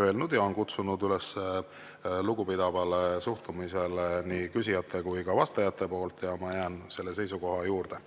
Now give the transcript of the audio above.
öelnud ja on kutsunud üles lugupidavale suhtumisele nii küsijate kui ka vastajate poolt. Ja ma jään selle seisukoha juurde.